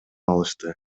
алышты